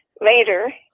Later